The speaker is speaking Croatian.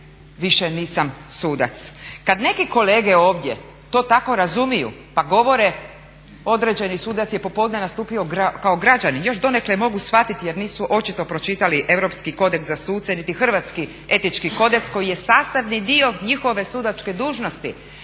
više nisam sudac. Kad neki kolege ovdje to tako razumiju pa govore određeni sudac je popodne nastupio kao građanin još donekle mogu shvatiti jer nisu očito pročitali europski kodeks za suce niti Hrvatski etički kodeks koji je sastavni dio njihove sudačke dužnosti,